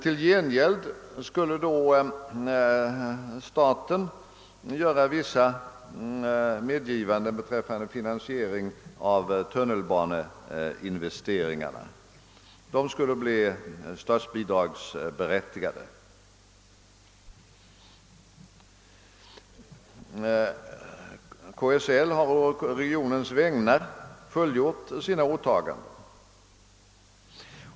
I gengäld skulle då staten göra vissa medgivanden beträffande finansieringen av tunnelbaneinvesteringarna: de skulle bli statsbidragsberättigade. KSL har å regionens vägnar fullgjort sina åtaganden.